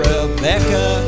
Rebecca